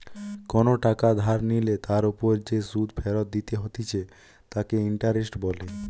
কোনো টাকা ধার নিলে তার ওপর যে সুধ ফেরত দিতে হতিছে তাকে ইন্টারেস্ট বলে